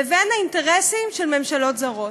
לבין האינטרסים של ממשלות זרות?